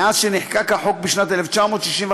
מאז נחקק החוק בשנת 1965,